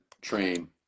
train